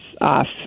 off